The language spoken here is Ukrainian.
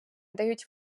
дають